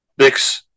Bix